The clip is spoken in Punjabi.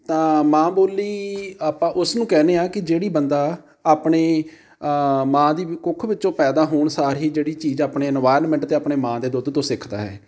ਤਾਂ ਮਾਂ ਬੋਲੀ ਆਪਾਂ ਉਸ ਨੂੰ ਕਹਿੰਦੇ ਹਾਂ ਕਿ ਜਿਹੜੀ ਬੰਦਾ ਆਪਣੇ ਮਾਂ ਦੀ ਵੀ ਕੁੱਖ ਵਿੱਚੋਂ ਪੈਦਾ ਹੋਣ ਸਾਰ ਹੀ ਜਿਹੜੀ ਚੀਜ਼ ਆਪਣੇ ਇਨਵਾਇਰਮੈਂਟ ਅਤੇ ਆਪਣੇ ਮਾਂ ਦੇ ਦੁੱਧ ਤੋਂ ਸਿੱਖਦਾ ਹੈ